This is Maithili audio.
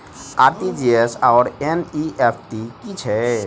आर.टी.जी.एस आओर एन.ई.एफ.टी की छैक?